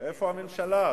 איפה הממשלה?